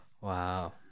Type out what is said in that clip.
Wow